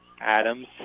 Adams